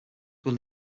were